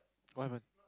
why am I